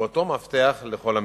ובאותו מפתח לכל המגזרים,